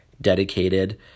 dedicated